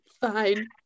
fine